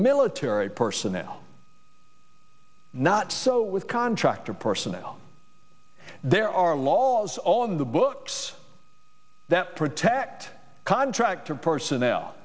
military personnel not so with contractor personnel there are laws all of the books that protect contractor personnel